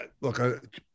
look